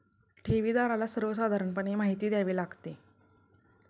ठेवीदाराला सर्वसाधारण माहिती द्यावी लागते